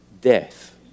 death